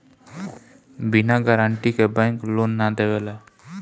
बिना गारंटी के bank loan ना देवेला